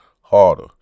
harder